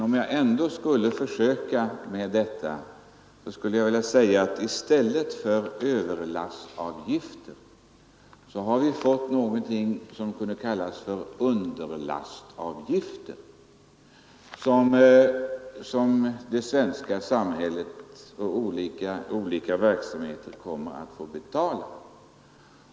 Om jag ändå skulle försöka med detta skulle jag vilja säga att vi i stället för överlastavgifter har fått någonting som kunde kallas underlastavgifter, som det svenska samhället och olika verksamheter där kommer att få betala.